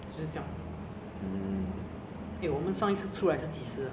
ah should be six months ago in january